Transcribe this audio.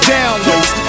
Downloads